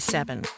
Seven